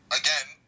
again